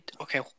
okay